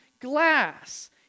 glass